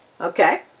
Okay